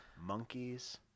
monkeys